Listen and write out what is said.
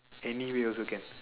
anyway also can